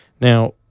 now